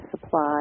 supply